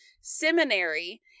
seminary